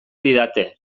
didate